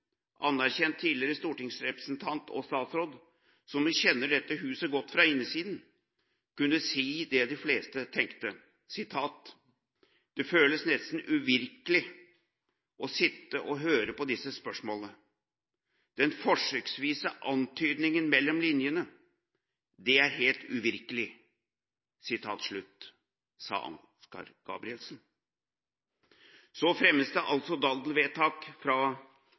anerkjent tidligere stortingsrepresentant og statsråd – som jo kjenner dette huset godt fra innsiden, kunne si det de fleste tenkte, at «det føles nesten uvirkelig å sitte og høre på disse spørsmålene – den forsøksvise antydningen mellom linjene – det er helt uvirkelig». Så fremmes det altså et såkalt daddelvedtak fra